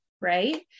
right